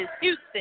Houston